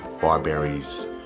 barberries